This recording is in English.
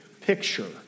picture